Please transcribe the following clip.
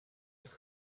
eich